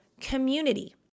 community